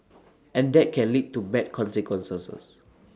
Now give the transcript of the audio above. and that can lead to bad consequences